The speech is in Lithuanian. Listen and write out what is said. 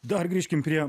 dar grįžkim prie